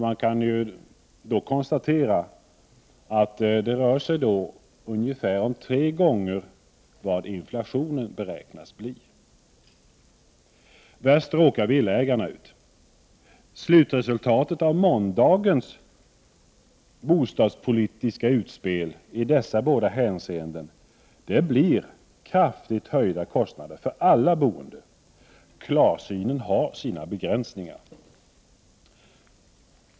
Man kan konstatera att det rör sig om ungefär tre gånger vad inflationen beräknas bli. Värst råkar villaägarna ut. Slutresultatet av måndagens bostadspolitiska utspel i dessa båda hänseenden blir kraftigt höjda kostnader för alla boende. Klarsynen har sina begränsningar.